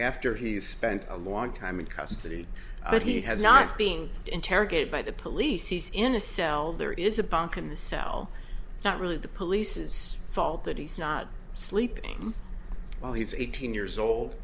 after he spent a long time in custody but he has not being interrogated by the police he's in a cell there is a bump in the cell it's not really the police's fault that he's not sleeping while he's eighteen years old